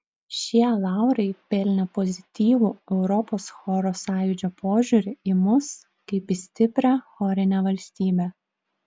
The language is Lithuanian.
šie laurai pelnė pozityvų europos choro sąjūdžio požiūrį į mus kaip į stiprią chorinę valstybę